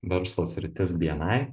verslo sritis bni